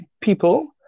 people